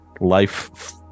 Life